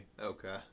Okay